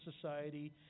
society